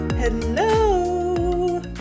Hello